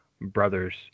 brother's